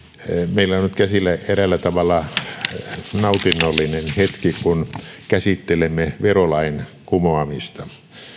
meillä on nyt käsillä eräällä tavalla nautinnollinen hetki kun käsittelemme verolain kumoamista